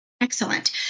Excellent